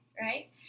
Right